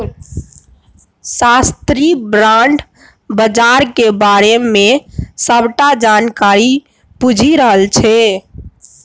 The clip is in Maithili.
साबित्री बॉण्ड बजारक बारे मे सबटा जानकारी बुझि रहल छै